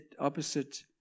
opposite